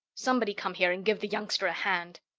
somebody come here and give the youngster a hand.